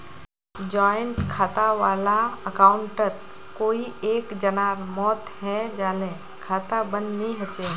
joint खाता वाला अकाउंटत कोई एक जनार मौत हैं जाले खाता बंद नी हछेक